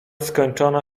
skończona